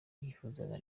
yifuzaga